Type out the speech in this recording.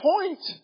point